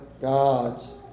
God's